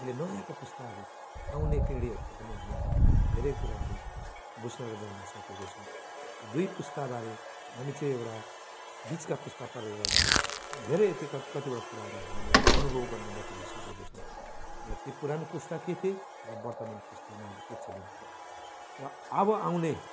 अहिले नयाँको पुस्ताहरू आउने पिढीहरूको पनि हामीले धेरै कुराहरू बुझ्न र जन्न सकेको छौँ दुई पुस्ताबारे हामी चाहिँ एउटा बिचका पुस्ता परेकाले गर्दा धेरै यति कति कुराहरू हामीले अनुभव गर्न बटुलिसकेको छौँ र ति पुराना पुस्ता के थिए र वर्तमान पुस्तामा अहिले के चलिरहेको छ र अब आउने